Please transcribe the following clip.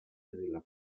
della